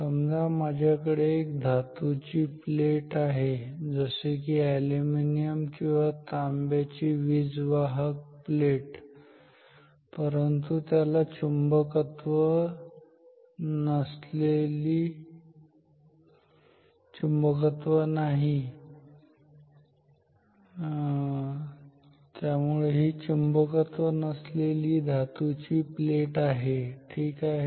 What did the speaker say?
समजा माझ्याकडे एक धातूची प्लेट आहे जसे की एल्युमिनियम किंवा तांब्याची वीज वाहक प्लेट परंतु ती चुंबकत्व नसलेली धातूची प्लेट ठीक आहे